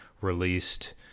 released